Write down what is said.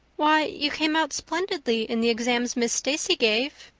why, you came out splendidly in the exams miss stacy gave.